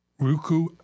Ruku